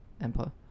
empire